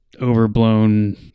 overblown